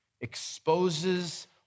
exposes